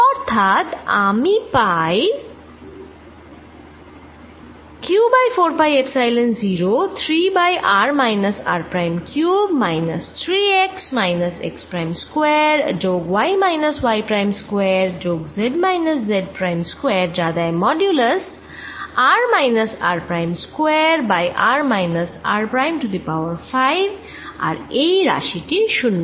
অর্থাৎ আমি পাই q by 4 pi epsilon 03 by r minus r prime cube minus 3x minus x prime square যোগ y minus y prime square যোগ z minus z prime square যা দেয় modulus r minus r prime square by r minus r prime to the power 5 আর এই রাশি টি শুন্য